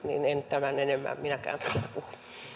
en tämän enempää minäkään tästä puhu